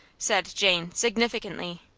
said jane, significantly.